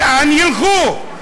לאן ילכו?